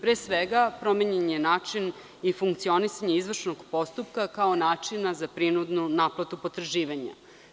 Pre svega, promenjen je način i funkcionisanje izvršnog postupka kao načina za prinudnu naplatu potraživanja.